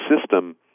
system